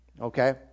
Okay